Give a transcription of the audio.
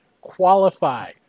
qualify